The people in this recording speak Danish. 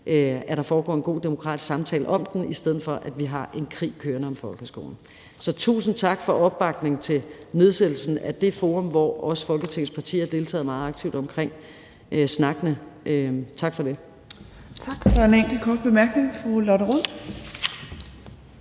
at der foregår en god demokratisk samtale om den, i stedet for at vi har en krig kørende om den. Så tusind tak for opbakningen til nedsættelsen af det forum, hvor også Folketingets partier har deltaget meget aktivt i snakkene – tak for det. Kl. 19:04 Tredje næstformand